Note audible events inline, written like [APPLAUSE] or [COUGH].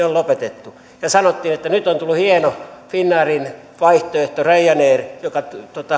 [UNINTELLIGIBLE] on lopetettu ja sanottiin että nyt on tullut hieno finnairin vaihtoehto ryanair joka